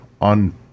on